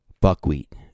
buckwheat